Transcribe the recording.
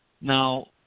Now